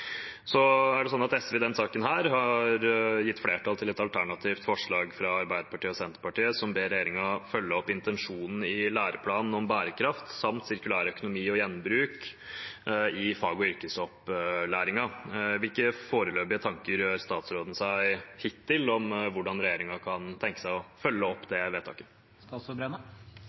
I denne saken har SV gitt flertall til et alternativt forslag fra Arbeiderpartiet og Senterpartiet, som ber regjeringen følge opp intensjonen i læreplanen om bærekraft samt sirkulærøkonomi og gjenbruk i fag- og yrkesopplæringen. Hvilke foreløpige tanker har statsråden hittil gjort seg om hvordan regjeringen kan tenke seg å følge opp det vedtaket?